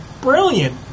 brilliant